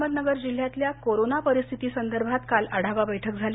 अहमदनगर जिल्ह्यातल्या कोरोना परिस्थिती संदर्भात काल आढावा बैठक झाली